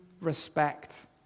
respect